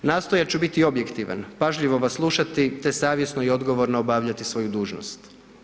Nastojat ću biti objektivan, pažljivo vas slušati te savjesno i odgovorno obavljati svoju dužnost.